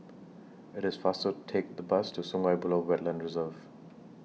IT IS faster Take The Bus to Sungei Buloh Wetland Reserve